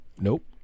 Nope